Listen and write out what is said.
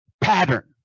pattern